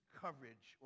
coverage